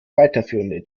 weiterführenden